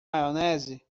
maionese